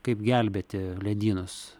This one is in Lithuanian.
kaip gelbėti ledynus